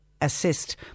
assist